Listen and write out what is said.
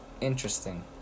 interesting